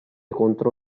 contro